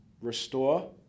restore